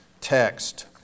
text